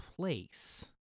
place